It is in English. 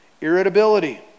irritability